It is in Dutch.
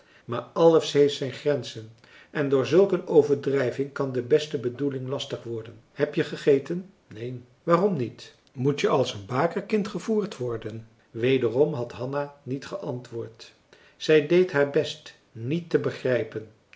maar alles heeft zijn grenzen en door zulk een overdrijving kan de beste bedoeling lastig worden heb je gegeten neen waarom niet moet je als een bakerkind gevoerd worden wederom had hanna niet geantwoord zij deed haar marcellus emants een drietal novellen best niet te begrijpen